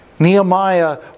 Nehemiah